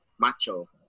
macho